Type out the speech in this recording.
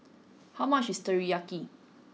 how much is Teriyaki